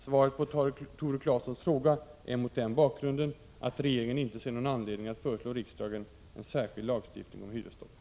Svaret på Tore Claesons fråga är mot den bakgrunden att regeringen inte ser någon anledning att föreslå riksdagen en särskild lagstiftning om hyresstopp.